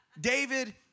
David